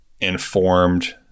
informed